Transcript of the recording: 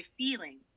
feeling